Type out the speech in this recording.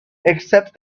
except